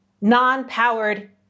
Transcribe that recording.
non-powered